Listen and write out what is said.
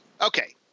Okay